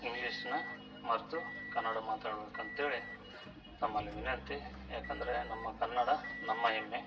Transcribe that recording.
ಇಂಗ್ಲೀಷ್ನ ಮರೆತು ಕನ್ನಡ ಮಾತಾಡ್ಬೇಕು ಅಂತೇಳಿ ತಮ್ಮಲ್ಲಿ ವಿನಂತಿ ಯಾಕಂದರೆ ನಮ್ಮ ಕನ್ನಡ ನಮ್ಮ ಹೆಮ್ಮೆ